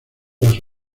las